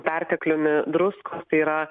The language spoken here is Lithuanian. pertekliumi druskos tai yra